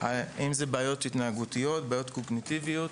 אם זה בעיות התנהגותיות, בעיות קוגניטיביות,